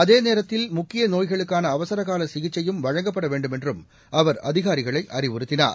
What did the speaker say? அதே நேரத்தில் முக்கிய நோய்களுக்கான அவசரகால சிகிச்சையும் வழங்கப்பட வேண்டுமென்றும் அவர் அதிகாரிகளை அறிவுறுத்தினார்